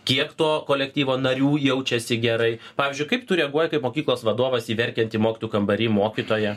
kiek to kolektyvo narių jaučiasi gerai pavyzdžiui kaip tu reaguoji kaip mokyklos vadovas į verkiantį mokytojų kambary mokytoją